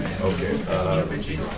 Okay